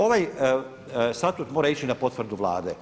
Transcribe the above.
Ovaj statut mora ići na potvrdu Vlade.